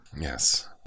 Yes